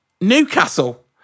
Newcastle